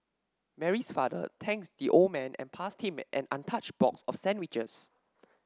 Mary's father thanked the old man and passed him an untouched box of sandwiches